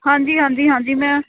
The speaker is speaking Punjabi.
ਹਾਂਜੀ ਹਾਂਜੀ ਹਾਂਜੀ ਮੈਂ